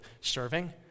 serving